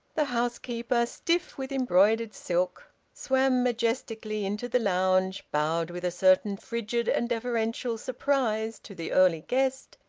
the housekeeper, stiff with embroidered silk, swam majestically into the lounge, bowed with a certain frigid and deferential surprise to the early guest,